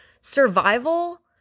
survival